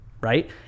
right